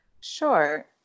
Sure